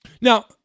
Now